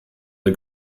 der